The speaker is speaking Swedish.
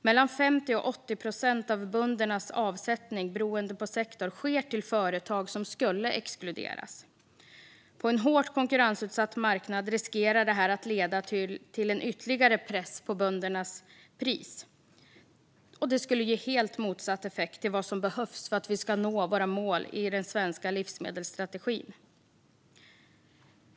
Mellan 50 och 80 procent av böndernas avsättning, beroende på sektor, sker till företag som skulle exkluderas. På en hårt konkurrensutsatt marknad riskerar det att leda till ytterligare press på böndernas priser. Det skulle ge helt motsatt effekt till vad som behövs för att vi ska nå våra mål i den svenska livsmedelsstrategin.